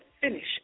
finish